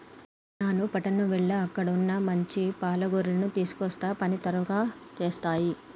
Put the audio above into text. నాను పట్టణం ఎల్ల అక్కడ వున్న మంచి పాల గొర్రెలను తీసుకొస్తా పని త్వరగా సేసేయి